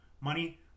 money